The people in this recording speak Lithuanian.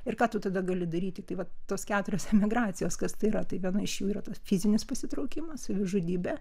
ir ką tu tada gali daryti tai vat tos keturios emigracijos kas tai yra tai viena iš jų yra tas fizinis pasitraukimas savižudybė